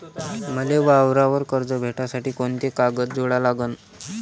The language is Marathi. मले वावरावर कर्ज भेटासाठी कोंते कागद जोडा लागन?